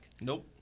Nope